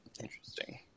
interesting